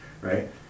right